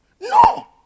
No